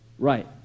Right